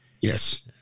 Yes